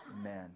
Amen